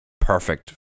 perfect